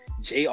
Jr